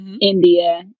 India